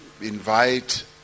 invite